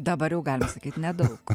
dabar jau galit sakyt nedaug